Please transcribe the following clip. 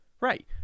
Right